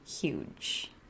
huge